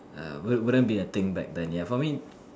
um wouldn't be a thing back then ya for me